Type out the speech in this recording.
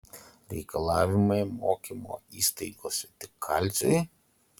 reikalavimai mokymo įstaigose tik kalciui